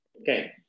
Okay